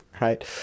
right